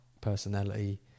personality